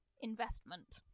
investment